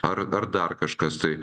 ar ar dar kažkas tai